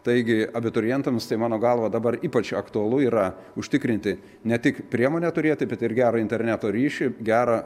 taigi abiturientams tai mano galva dabar ypač aktualu yra užtikrinti ne tik priemonę turėti bet ir gerą interneto ryšį gerą